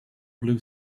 blue